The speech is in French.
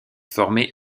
formé